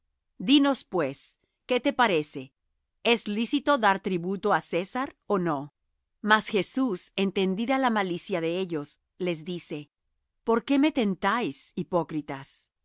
dinos pues qué te parece es lícito dar tributo á césar ó no mas jesús entendida la malicia de ellos les dice por qué me tentáis hipócritas